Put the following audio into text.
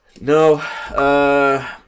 No